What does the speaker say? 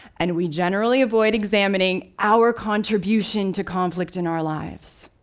and we generally avoid examining our contribution to conflict in our lives.